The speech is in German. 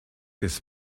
des